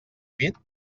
pit